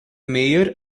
mayor